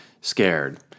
scared